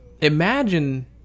imagine